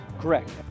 Correct